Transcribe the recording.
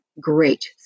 great